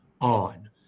on